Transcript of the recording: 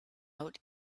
out